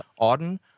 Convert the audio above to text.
Auden